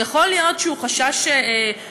שיכול להיות שהוא חשש מוצדק?